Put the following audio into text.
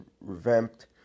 revamped